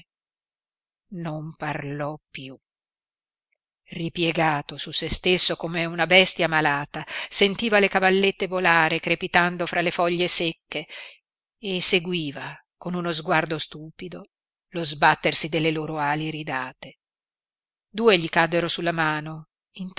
non parlò piú ripiegato su se stesso come una bestia malata sentiva le cavallette volare crepitando tra le foglie secche e seguiva con uno sguardo stupido lo sbattersi delle loro ali iridate due gli caddero sulla mano